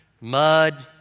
mud